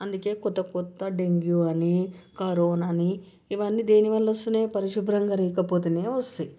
అందుకే కొత్త కొత్త డెంగ్యూ అని కరోనా అని ఇవన్నీ దేనివల్ల వస్తున్నాయి పరిశుభ్రంగా లేకపోతేనే వస్తాయి